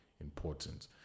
important